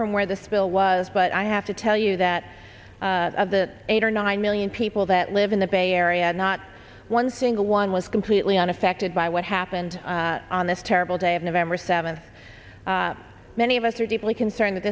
from where the spill was but i have to tell you that of the eight or nine million people that live in the bay area not one single one was completely unaffected by what happened on this terrible day of november seventh many of us are deeply concerned that